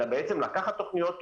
אלא בעצם לקחת תוכניות,